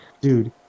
dude